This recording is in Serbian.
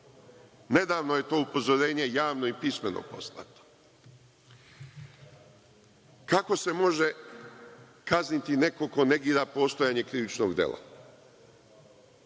Nedavno je to upozorenje javno i pismeno poslato. Kako se može kazniti neko ko negira postojanje krivičnog dela?